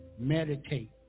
Meditate